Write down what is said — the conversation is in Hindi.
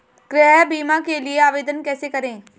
गृह बीमा के लिए आवेदन कैसे करें?